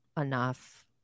Enough